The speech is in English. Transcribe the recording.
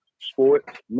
sports